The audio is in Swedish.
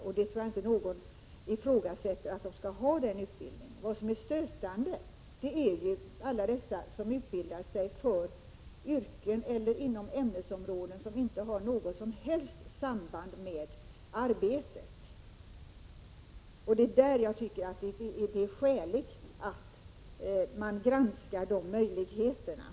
Jag tror inte att någon ifrågasätter at: NAN kvinnorna skall få den utbildningen. Det som är stötande är att så många utbildar sig för yrken eller inom ämnesområden som inte har något som helst samband med arbetet. Jag tycker att det är skäligt att man granskar de möjligheterna.